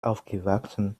aufgewachsen